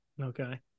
Okay